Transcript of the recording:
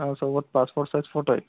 हो सोबत passport size photo एक